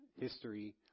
history